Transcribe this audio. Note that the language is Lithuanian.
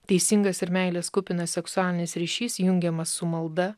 teisingas ir meilės kupinas seksualinis ryšys jungiamas su malda